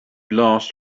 last